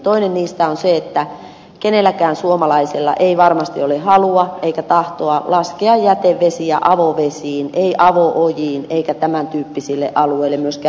ensimmäinen niistä on se että kenelläkään suomalaisella ei varmasti ole halua eikä tahtoa laskea jätevesiä avovesiin ei avo ojiin eikä tämän tyyppisille alueille ei myöskään pohjavesialueille